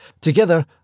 Together